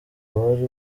wari